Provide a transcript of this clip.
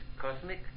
cosmic